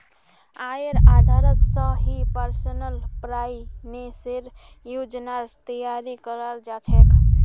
आयेर आधारत स ही पर्सनल फाइनेंसेर योजनार तैयारी कराल जा छेक